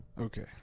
Okay